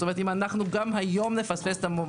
זאת אומרת, אם גם היום אנחנו נפספס את המומנטום,